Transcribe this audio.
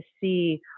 see